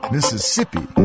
Mississippi